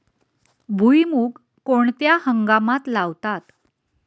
भुईमूग कोणत्या हंगामात लावतात?